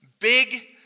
Big